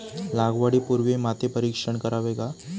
लागवडी पूर्वी माती परीक्षण करावे का?